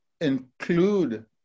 include